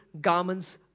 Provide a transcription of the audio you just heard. garments